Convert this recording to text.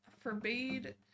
forbade